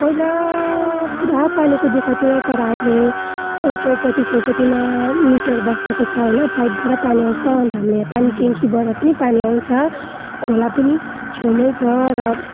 पहिला पुरा पानीको दुख थियो तर आहिले यो चौपाटी चौपाटीमा मिटर बसाएको छ होइन पाइपबाट पानी आउँछ अन्त हामीले यहाँ पानी टेङ्कीबाट पनि पानी आउँछ खोला पनि छेउमै छ र